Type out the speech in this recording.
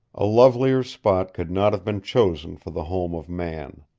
a lovelier spot could not have been chosen for the home of man.